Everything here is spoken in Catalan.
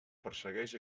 persegueix